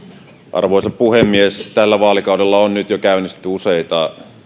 arvoisa puhemies tällä vaalikaudella on nyt jo käynnistetty useita